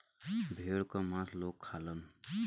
भेड़ क मांस लोग खालन